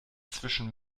zwischen